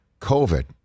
COVID